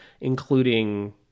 including